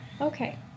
Okay